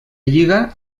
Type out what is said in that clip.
lliga